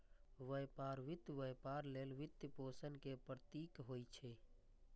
व्यापार वित्त व्यापार लेल वित्तपोषण के प्रतीक होइ छै